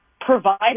provide